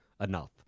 enough